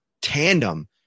tandem